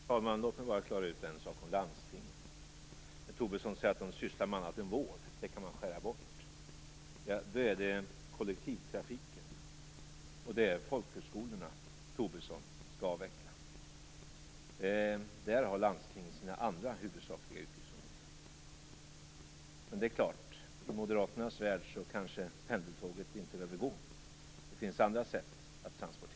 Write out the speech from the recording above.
Fru talman! Låt mig klara ut en sak om landstingen. Lars Tobisson säger att det som de sysslar med utöver vården kan skäras bort. Men då är det kollektivtrafiken och folkhögskolorna som Lars Tobisson skall avveckla. Där har ju landstingen sina andra huvudsakliga utgiftsområden. Men det är klart att i Moderaternas värld behöver pendeltåget kanske inte gå; det finns andra sätt att transportera sig på.